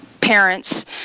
parents